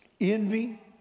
envy